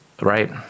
right